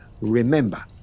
Remember